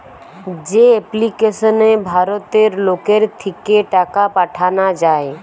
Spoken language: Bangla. যে এপ্লিকেশনে ভারতের লোকের থিকে টাকা পাঠানা যায়